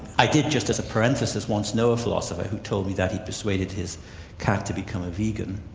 i did just as a parenthesis once know a philosopher who told me that he persuaded his cat to become a vegan.